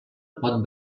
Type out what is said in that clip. pot